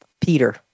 Peter